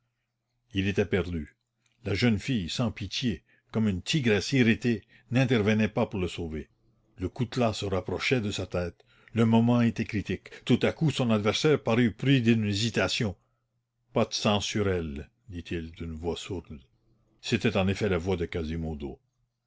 il était perdu la jeune fille sans pitié comme une tigresse irritée n'intervenait pas pour le sauver le coutelas se rapprochait de sa tête le moment était critique tout à coup son adversaire parut pris d'une hésitation pas de sang sur elle dit-il d'une voix sourde c'était en effet la voix de quasimodo